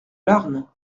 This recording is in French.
larn